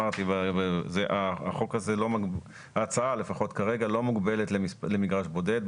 הצעת החוק לפחות כרגע לא מוגבלת למגרש בודד,